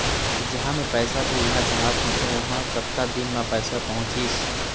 जहां मैं पैसा भेजना चाहत होथे ओहर कतका दिन मा पैसा पहुंचिस?